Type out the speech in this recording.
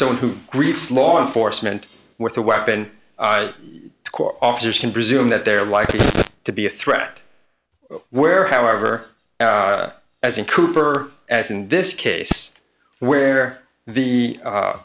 someone who greets law enforcement with a weapon i quote officers can presume that they are likely to be a threat where however as in cooper as in this case where the